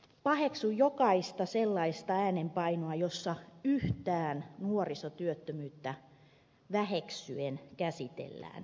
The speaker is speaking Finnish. paheksun jokaista sellaista äänenpainoa jossa yhtään nuorisotyöttömyyttä väheksyen käsitellään